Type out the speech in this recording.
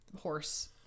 horse